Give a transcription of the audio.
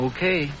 Okay